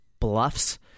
bluffs